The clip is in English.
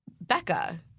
Becca